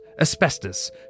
asbestos